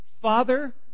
Father